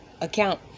account